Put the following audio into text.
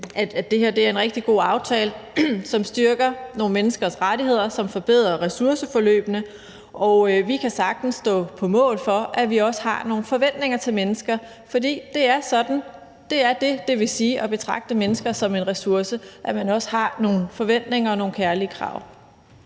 at det er en rigtig god aftale, som styrker nogle menneskers rettigheder, og som forbedrer ressourceforløbene. Vi kan sagtens stå på mål for, at vi også har nogle forventninger til mennesker, for det er at betragte mennesker som en ressource, at man også har nogle forventninger og stiller nogle kærlige krav